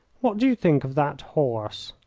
what do you think of that horse?